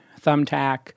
Thumbtack